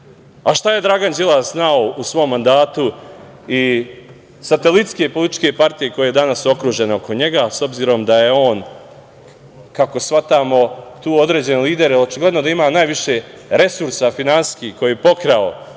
je Dragan Đilas znao u svom mandatu i satelitske političke partije koja je danas okružena oko njega, s obzirom da je on kako shvatamo tu određen lider. Očigledno da ima najviše resursa finansijskih koje je pokrao